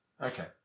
Okay